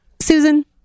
Susan